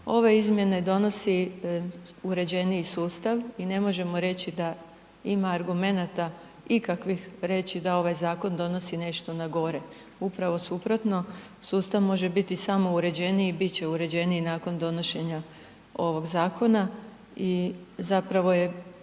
ove izmjene donosi uređeniji sustav i ne možemo reći da ima argumenta ikakvih reći da ovaj zakon donosi nešto na gore. Upravo suprotno. Sustav može biti samo uređeniji i bit će uređeniji nakon donošenja ovog zakona i zapravo je